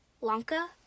Lanka